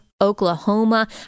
Oklahoma